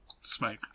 Smoke